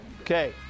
Okay